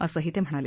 असंही ते म्हणाले